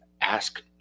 ask